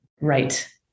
right